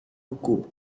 buku